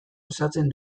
osatzen